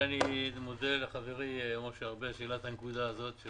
אני מודה לחברי משה ארבל על שהעלה את הנקודה הזו של